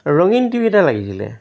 ৰঙীন টিভি এটা লাগিছিলে